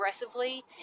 aggressively